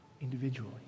individually